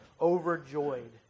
overjoyed